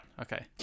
okay